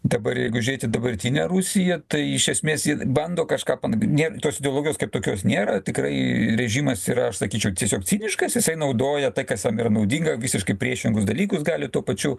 dabar jeigu žiūrėt į dabartinę rusiją tai iš esmės ji bando kažką panagrinėt tos ideologijos kaip tokios nėra tikrai režimas yra aš sakyčiau tiesiog ciniškas jisai naudoja tai kas jam yra naudinga visiškai priešingus dalykus gali tuo pačiu